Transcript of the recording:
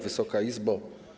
Wysoka Izbo!